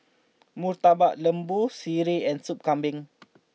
Murtabak Lembu Sireh and Sup Kambing